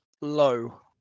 low